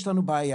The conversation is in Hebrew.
יש לנו בעיה.